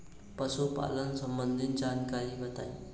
पशुपालन सबंधी जानकारी बताई?